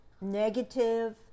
negative